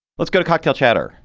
let's go to cocktail chatter.